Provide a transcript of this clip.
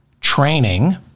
training